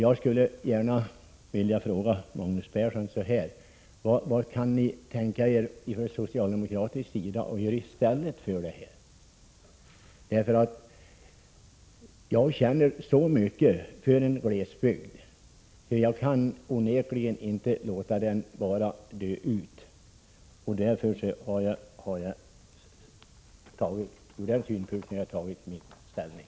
Jag skulle gärna vilja fråga Magnus Persson: Vad kan ni från socialdemokratisk sida tänka er att göra i stället? Jag känner så mycket för en glesbygd att jag inte kan låta den bara dö ut, och mot den bakgrunden har jag tagit min ställning.